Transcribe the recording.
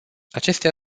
acestea